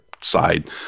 side